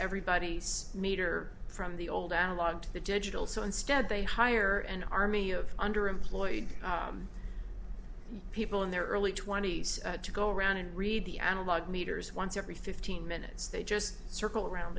everybody's meter from the old analog to the digital so instead they hire an army of underemployed people in their early twenty's to go around and read the analog meters once every fifteen minutes they just circle around